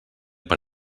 per